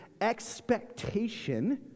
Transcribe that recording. expectation